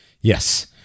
Yes